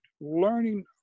learning